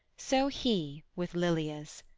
so he with lilia's.